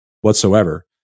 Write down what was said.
whatsoever